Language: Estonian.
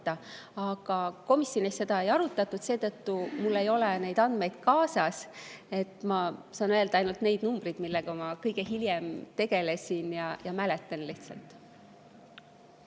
Aga komisjonis seda ei arutatud, seetõttu mul ei ole neid andmeid kaasas. Ma saan öelda ainult neid numbreid, millega ma kõige [viimati] tegelesin ja mida ma lihtsalt